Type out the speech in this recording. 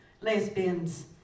lesbians